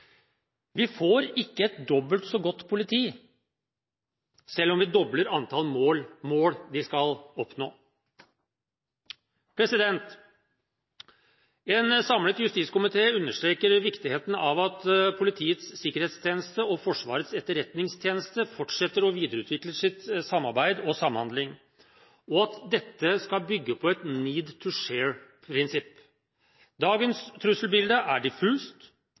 Vi får ikke et dobbelt så godt politi, selv om vi dobler antall mål de skal oppnå. En samlet justiskomité understreker viktigheten av at Politiets sikkerhetstjeneste og Forsvarets etterretningstjeneste fortsetter og videreutvikler sitt samarbeid og samhandling, og at dette skal bygge på et «need to share»-prinsipp. Dagens trusselbilde er